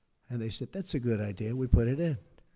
and they said, that's a good idea. we put it in.